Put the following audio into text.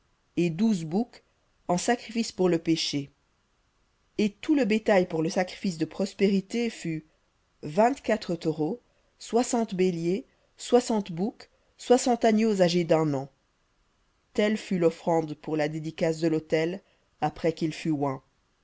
et douze boucs en sacrifice pour le péché et tout le bétail pour le sacrifice de prospérités fut vingt-quatre taureaux soixante béliers soixante boucs soixante agneaux âgés d'un an telle fut la dédicace de l'autel après qu'il fut